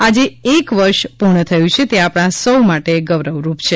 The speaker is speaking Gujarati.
આજે એક વર્ષ પૂર્ણ થયું છે તે આપણા સૌ માટે ગોરવરૂપ છે